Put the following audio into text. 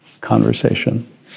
conversation